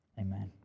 Amen